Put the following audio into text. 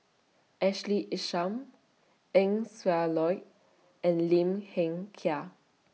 Ashley Isham Eng Siak Loy and Lim Hng Kiang